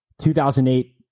2008